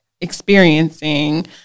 experiencing